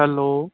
hello